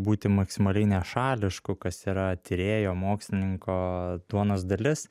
būti maksimaliai nešališku kas yra tyrėjo mokslininko duonos dalis